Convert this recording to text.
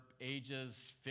ages